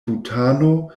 butano